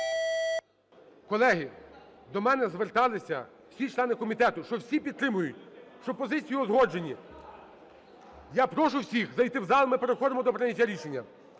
Колеги, до мене зверталися всі члени комітету, що всі підтримують, що позиції узгоджені. Я прошу всіх зайти в зал, ми переходимо до прийняття рішення.